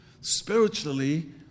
Spiritually